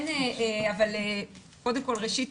כן אבל קודם כל ראשית,